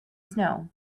snow